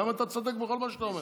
גם אם אתה צודק בכל מה שאתה אומר.